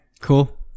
cool